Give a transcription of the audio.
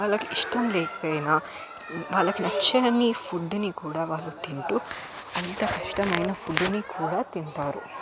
వాళ్ళకి ఇష్టం లేకపోయినా వాళ్ళకి నచ్చని ఫుడ్ని కూడా వాళ్ళు తింటూ అంత కష్టమైన ఫుడ్ని కూడా తింటారు